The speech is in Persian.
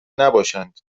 نباشند